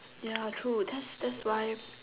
ya true that's that's why